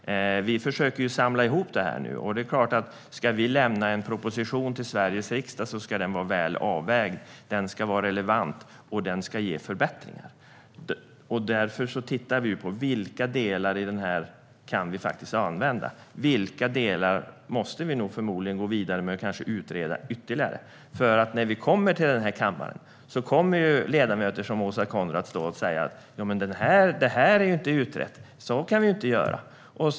Vi försöker nu att samla ihop allt. Ska vi lämna en proposition till Sveriges riksdag ska den vara väl avvägd. Den ska vara relevant och medföra förbättringar. Därför ser vi på vilka delar i utredningen som vi kan använda. Vilka delar måste vi gå vidare med och förmodligen utreda ytterligare? För när vi kommer till denna kammare, så kommer ledamöter som Åsa Coenraads att säga: Det här och det här är ju inte utrett, så kan vi ju inte göra.